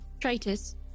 Traitors